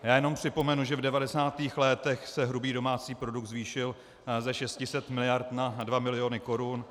Já jenom připomenu, že v 90. letech se hrubý domácí produkt zvýšil ze 600 miliard na 2 biliony korun.